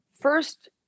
first